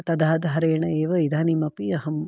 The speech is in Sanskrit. तदाधारेण एव इदानीमपि अहं